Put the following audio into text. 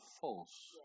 false